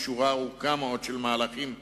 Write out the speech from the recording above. בשורה ארוכה מאוד של מהלכים משלימים,